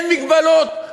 אין הגבלות?